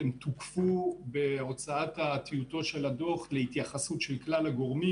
אלא שהם תוקפו בהוצאת הטיוטות של הדוח להתייחסות של כלל הגורמים.